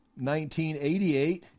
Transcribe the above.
1988